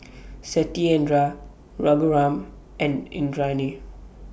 Satyendra Raghuram and Indranee